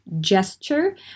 gesture